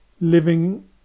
living